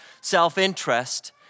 self-interest